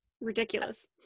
ridiculous